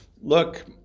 look